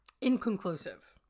inconclusive